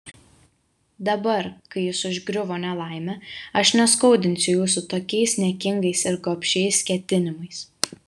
dabar kai jus užgriuvo nelaimė aš neskaudinsiu jūsų tokiais niekingais ir gobšiais ketinimais